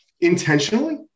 intentionally